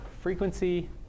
frequency